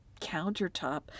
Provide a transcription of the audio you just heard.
countertop